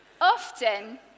Often